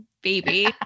baby